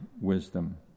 wisdom